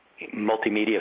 Multimedia